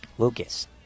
Lucas